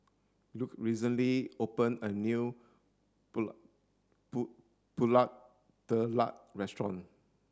Luke recently opened a new Pulut Tatal restaurant